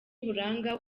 buranga